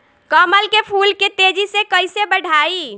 कमल के फूल के तेजी से कइसे बढ़ाई?